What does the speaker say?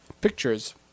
pictures